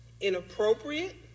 inappropriate